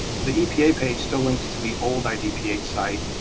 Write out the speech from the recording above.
the epa page still links to the old idph site,